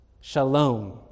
Shalom